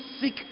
sick